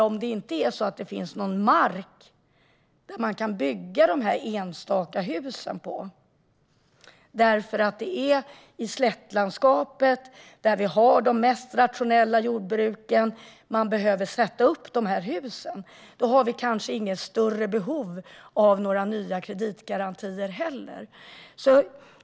Om det inte finns någon mark att bygga de enstaka husen på - det är ju i slättlandskapet vi har de mest rationella jordbruken, och det är där man behöver sätta upp dessa hus - har vi kanske inget större behov av några nya kreditgarantier heller.